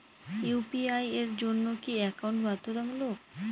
UPI এর জন্য কি একাউন্ট বাধ্যতামূলক?